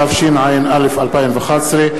התשע"א 2011,